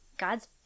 God's